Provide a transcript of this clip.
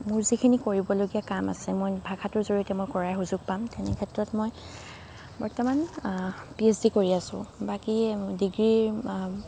মোৰ যিখিনি কৰিবলগীয়া কাম আছে মই ভাষাটোৰ জৰিয়তে কৰাৰ সুযোগ পাম তেনে ক্ষেত্ৰত মই বৰ্তমান পি এইচ ডি কৰি আছোঁ বাকী ডিগ্ৰীৰ